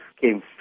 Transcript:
came